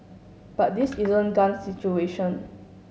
but this isn't guns situation